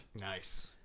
Nice